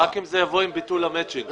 רק אם זה יבוא עם ביטול המצ'ינג ברשויות.